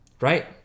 right